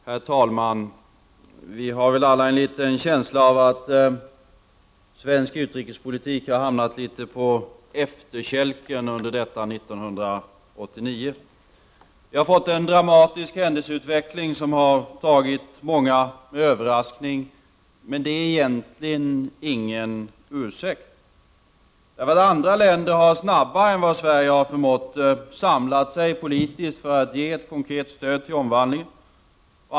Herr talman! Vi har väl alla en känsla av att svensk utrikespolitik har hamnat litet på efterkälken under 1989. Vi har fått en dramatisk händelseutveckling som har tagit många med överraskning, men det är egentligen ingen ursäkt. Andra länder har, snabbare än vad Sverige har förmått, samlat sig politiskt för att ge ett konkret stöd till omvandlingen.